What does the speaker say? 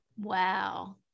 Wow